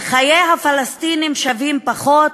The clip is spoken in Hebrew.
חיי הפלסטינים שווים פחות,